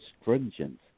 stringent